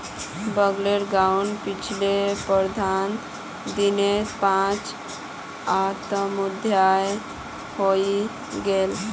बगलेर गांउत पिछले पंद्रह दिनत पांच आत्महत्या हइ गेले